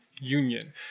Union